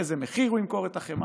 באיזה מחיר הוא ימכור את החמאה,